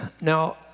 Now